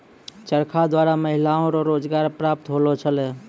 चरखा द्वारा महिलाओ रो रोजगार प्रप्त होलौ छलै